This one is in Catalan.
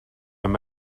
amb